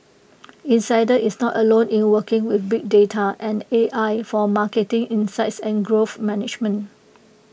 insider is not alone in working with big data and A I for marketing insights and growth management